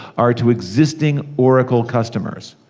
are to existing oracle customers.